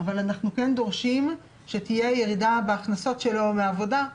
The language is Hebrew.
אבל אנחנו כן דורשים שתהיה ירידה בהכנסות שלו מעבודה.